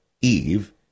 Eve